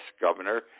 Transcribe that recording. governor